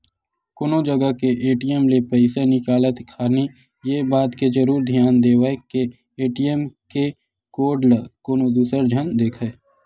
कोनो जगा के ए.टी.एम ले पइसा निकालत खानी ये बात के जरुर धियान देवय के ए.टी.एम के कोड ल कोनो दूसर झन देखय